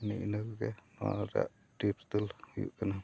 ᱮᱱᱮ ᱤᱱᱟᱹ ᱠᱚᱜᱮ ᱱᱚᱣᱟ ᱨᱮᱭᱟᱜ ᱫᱚ ᱦᱩᱭᱩᱜ ᱠᱟᱱᱟ